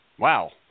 Wow